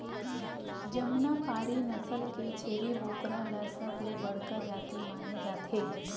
जमुनापारी नसल के छेरी बोकरा ल सबले बड़का जाति माने जाथे